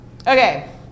Okay